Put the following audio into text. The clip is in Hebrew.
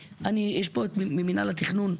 יש פה את מינהל התכנון,